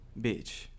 bitch